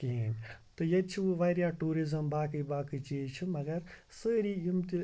کِہیٖنۍ تہٕ ییٚتہِ چھِ وٕ واریاہ ٹوٗرِزٕم باقٕے باقٕے چیٖز چھِ مگر سٲری یِم تہِ